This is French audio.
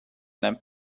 n’aime